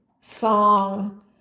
song